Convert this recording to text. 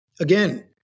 Again